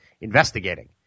investigating